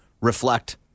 reflect